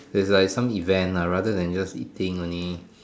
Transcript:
it's like some event ah rather than just eating only